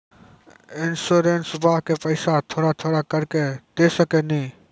इंश्योरेंसबा के पैसा थोड़ा थोड़ा करके दे सकेनी?